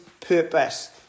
purpose